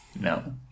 no